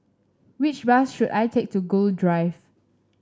which bus should I take to Gul Drive